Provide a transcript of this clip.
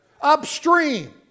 upstream